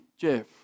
Jeff